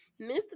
Mr